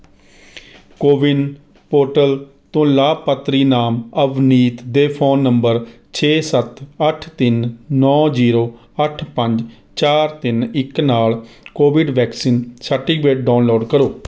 CoWIN portal ਤੋਂ ਲਾਭਪਾਤਰੀ ਨਾਮ ਅਵਨੀਤ ਦੇ ਫ਼ੋਨ ਨੰਬਰ ਛੇ ਸੱਤ ਅੱਠ ਤਿੰਨ ਨੌਂ ਜ਼ੀਰੋ ਅੱਠ ਪੰਜ ਚਾਰ ਤਿੰਨ ਇੱਕ ਨਾਲ ਕੋਵਿਡ ਵੈਕਸੀਨ ਸਰਟੀਫਿਕੇਟ ਡਾਊਨਲੋਡ ਕਰੋ